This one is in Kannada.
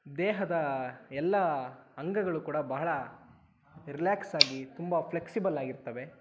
ದೇಹದ ಎಲ್ಲ ಅಂಗಗಳು ಕೂಡ ಬಹಳ ರಿಲ್ಯಾಕ್ಸ್ ಆಗಿ ತುಂಬ ಫ್ಲೆಕ್ಸಿಬಲ್ ಆಗಿರುತ್ತವೆ